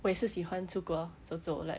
我也是喜欢出国走走 like